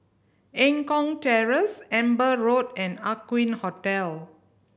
Eng Kong Terrace Amber Road and Aqueen Hotel